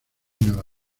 nueva